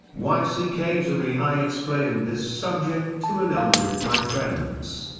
y c. kayseri i explained this subject to a number of my friends.